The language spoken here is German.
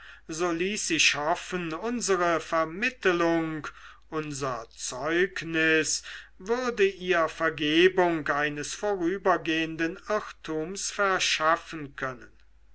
sich hoffen unsere vermittelung unser zeugnis würden ihr vergebung eines vorübergehenden irrtums verschaffen können